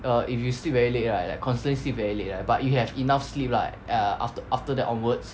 err if you sleep very late right like constantly sleep very late right but if you have enough sleep like aft~ after that onwards